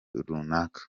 runaka